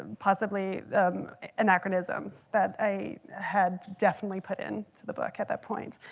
possibly anachronisms that i had definitely put in to the book at that point.